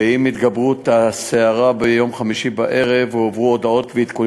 ועם התגברות הסערה ביום חמישי בערב הועברו הודעות ועדכונים